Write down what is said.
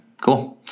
Cool